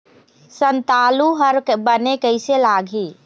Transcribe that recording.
संतालु हर बने कैसे लागिही?